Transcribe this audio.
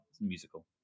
musical